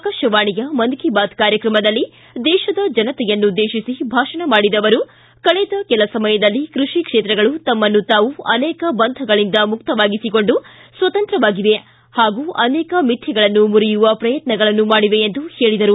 ಆಕಾಶವಾಣಿಯ ಮನ್ ಕಿ ಬಾತ್ ಕಾರ್ಯಕ್ರಮದಲ್ಲಿ ದೇಶದ ಜನತೆಯನ್ನುದ್ದೇಶಿಸಿ ಭಾಷಣ ಮಾಡಿದ ಅವರು ಕಳೆದ ಕೆಲ ಸಮಯದಲ್ಲಿ ಕೃಷಿ ಕ್ಷೇತ್ರಗಳು ತಮ್ಮನ್ನು ತಾವು ಅನೇಕ ಬಂಧನಗಳಿಂದ ಮುಕ್ತವಾಗಿಸಿಕೊಂಡು ಸ್ವತಂತ್ರವಾಗಿವೆ ಹಾಗೂ ಅನೇಕ ಮಿಥ್ಲೆಗಳನ್ನು ಮುರಿಯುವ ಪ್ರಯತ್ನಗಳನ್ನು ಮಾಡಿದೆ ಎಂದು ಹೇಳಿದರು